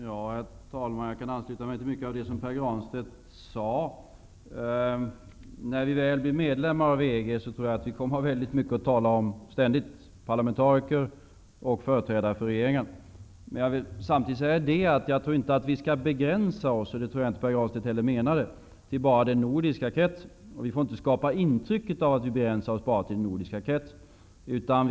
Herr talman! Jag kan ansluta mig till mycket av det som Pär Granstedt sade. När vi väl har blivit medlemmar i EG tror jag att vi ständigt kommer att ha mycket att tala om -- parlamentariker och företrädare för regeringen. Samtidigt vill jag säga att jag inte tror att vi skall begränsa oss till den nordiska kretsen. Det tror jag inte heller att Pär Vi får inte skapa intryck av att vi begränsar oss till den nordiska kretsen.